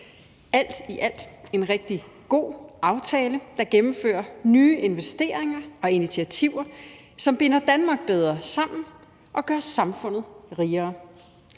alt i alt en rigtig god aftale, der gennemfører nye investeringer og initiativer, som binder Danmark bedre sammen og gør samfundet rigere.